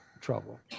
trouble